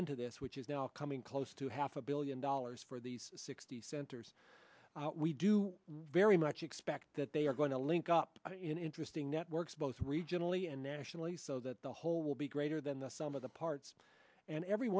into this which is now coming close to half a billion dollars for these sixty centers we do very much expect that they are going to link up in interesting networks both regionally and nationally so that the whole will be greater than the sum of the parts and every